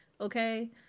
okay